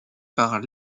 par